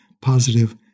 positive